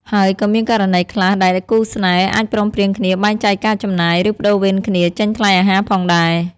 ហើយក៏មានករណីខ្លះដែលគូស្នេហ៍អាចព្រមព្រៀងគ្នាបែងចែកការចំណាយ ឬប្តូរវេនគ្នាចេញថ្លៃអាហារផងដែរ។